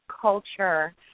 culture